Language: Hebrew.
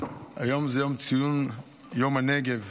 היום ציון יום הנגב.